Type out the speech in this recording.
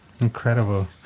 Incredible